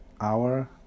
hour